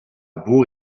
bourg